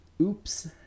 Oops